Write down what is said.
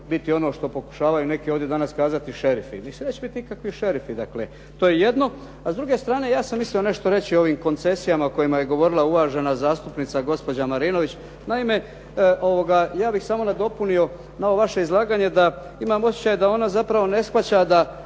biti ono što pokušavaju neki ovdje danas kazati šerifi. Mislim neće biti nikakvi šerifi to je jedno. A s druge strane, ja sam mislio nešto reći o ovim koncesijama o kojima je govorila uvažena zastupnica gospođa Marinović. Naime, ja bih samo nadopunio na ovo vaše izlaganje da, imam osjećaj da ona zapravo ne shvaća da